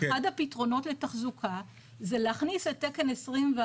אחד הפתרונות לתחזוקה זה להכניס את תקן 21,